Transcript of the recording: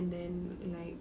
and then like